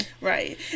Right